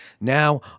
Now